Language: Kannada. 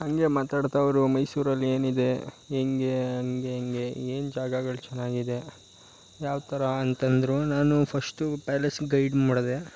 ಹಂಗೆ ಮಾತಾಡ್ತಾ ಅವರು ಮೈಸೂರಲ್ಲಿ ಏನಿದೆ ಹೆಂಗೆ ಹಂಗೆ ಹಿಂಗೆ ಏನು ಜಾಗಗಳು ಚೆನ್ನಾಗಿದೆ ಯಾವ ಥರ ಅಂತಂದ್ರು ನಾನು ಫರ್ಸ್ಟು ಪ್ಯಾಲೇಸ್ಗೆ ಗೈಡ್ ಮಾಡಿದೆ